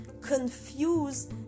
confuse